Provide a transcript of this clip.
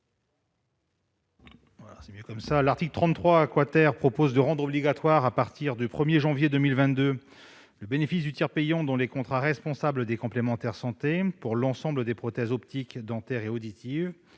L'article 33 vise à rendre obligatoire, à partir du 1 janvier 2022, le bénéfice du tiers payant dans les contrats responsables des complémentaires santé pour l'ensemble des prothèses optiques, dentaires et auditives.